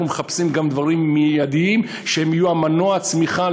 אנחנו מחפשים גם דברים מיידיים שהם יהיו מנוע הצמיחה.